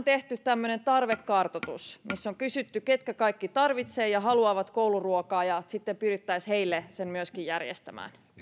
tehty vähintään tämmöinen tarvekartoitus missä on kysytty ketkä kaikki tarvitsevat ja haluavat kouluruokaa ja sitten pyrittäisiin heille se myöskin järjestämään